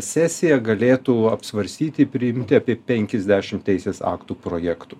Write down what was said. sesiją galėtų apsvarstyti priimti apie penkiasdešim teisės aktų projektų